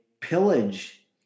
pillage